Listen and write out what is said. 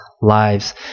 lives